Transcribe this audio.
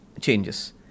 changes